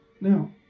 Now